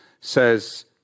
Says